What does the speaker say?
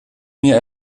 mir